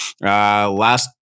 last